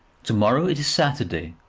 to-morrow is saturday